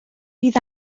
bydd